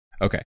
Okay